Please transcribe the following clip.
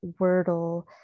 Wordle